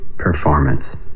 Performance